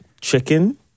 Chicken